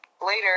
later